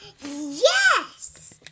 Yes